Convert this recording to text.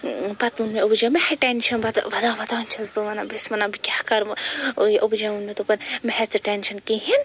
پَتہٕ ووٚن مےٚ ابوٗجیَن ما ہےٚ ٹیٚنشَن پتہٕ ودان ودان چھیٚس بہٕ وَنان بہٕ چھیٚس وَنان بہٕ کیٛاہ کَرٕ وۄنۍ ٲں یہِ ابوٗجیَن ووٚن مےٚ دوٚپن ما ہےٚ ژٕ ٹیٚنشَن کِہیٖنۍ